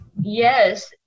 Yes